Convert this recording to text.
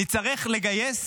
נצטרך לגייס